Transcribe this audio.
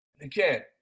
Again